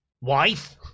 wife